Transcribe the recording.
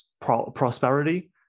prosperity